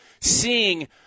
seeing